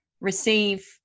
receive